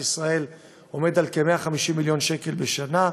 ישראל הוא כ-150 מיליון שקל בשנה.